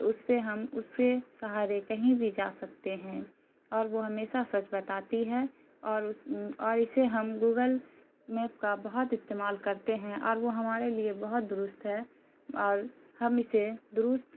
تو اس پہ ہم اس سے سہارے کہیں بھی جا سکتے ہیں اور وہ ہمیسہ سچ بتاتی ہے اور اس اور اسے ہم گوگل میپ کا بہت استعمال کرتے ہیں اور وہ ہمارے لیے بہت درست ہے اور ہم اسے درست